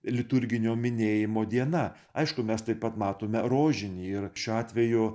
liturginio minėjimo diena aišku mes taip pat matome rožinį ir šiuo atveju